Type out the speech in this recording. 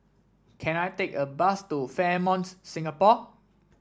can I take a bus to Fairmonts Singapore